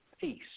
Peace